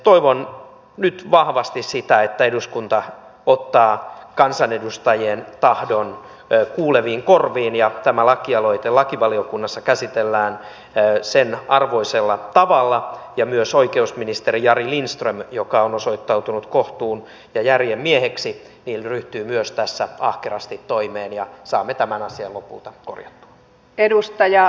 toivon nyt vahvasti sitä että eduskunta ottaa kansanedustajien tahdon kuuleviin korviinsa ja tämä lakialoite lakivaliokunnassa käsitellään sen arvoisella tavalla ja myös oikeusministeri jari lindström joka on osoittautunut kohtuun ja järjen mieheksi myös ryhtyy tässä ahkerasti toimeen ja saamme tämän asian lopulta korjattua